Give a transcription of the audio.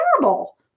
terrible